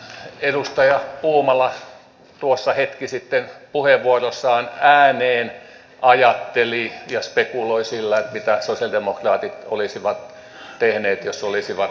edustaja puumala tuossa hetki sitten puheenvuorossaan ääneen ajatteli ja spekuloi sillä mitä sosialidemokraatit olisivat tehneet jos olisivat hallitusohjelmaa tehneet